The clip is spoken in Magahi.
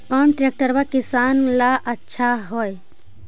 कौन ट्रैक्टर किसान ला आछा है?